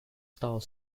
style